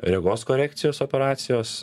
regos korekcijos operacijos